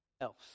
else